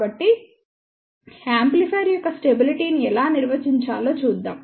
కాబట్టి యాంప్లిఫైయర్ యొక్క స్టెబిలిటీ ని ఎలా నిర్వచించాలో చూద్దాం